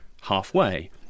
halfway